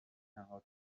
نهادهای